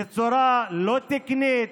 בצורה לא תקנית.